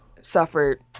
suffered